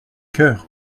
cœur